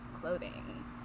clothing